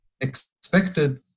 expected